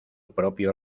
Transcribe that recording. propio